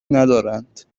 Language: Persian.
ندارند